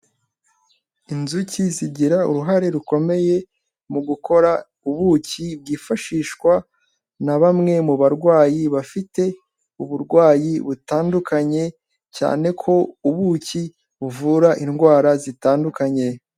Inzuki zigira uruhare rukomeye mu gukora ubuki bwifashishwa na bamwe mu barwayi bafite uburwayi butandukanye, cyane ko ubuki buvura indwara zitandukanye.